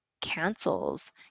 cancels